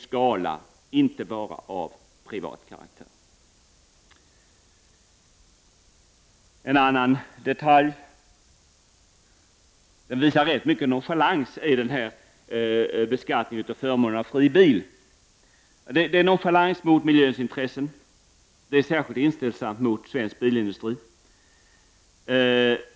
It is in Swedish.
Biståndet får inte vara av ”privat karaktär”. Utskottet visar stor nonchalans när det gäller beskattningen av förmånen av fri bil. Förslaget är nonchalant mot miljöns intressen och särskilt inställsamt mot svensk bilindustri.